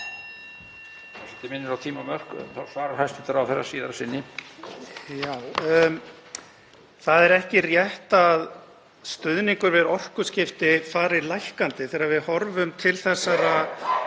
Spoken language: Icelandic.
Það er ekki rétt að stuðningur við orkuskipti fari lækkandi. Þegar við horfum til næstu